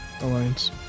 Alliance